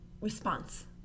response